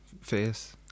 face